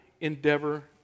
endeavor